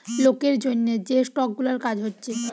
লোকের জন্যে যে স্টক গুলার কাজ হচ্ছে